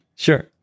Sure